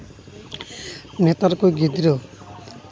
ᱱᱮᱛᱟᱨ ᱠᱚ ᱜᱤᱫᱽᱨᱟᱹ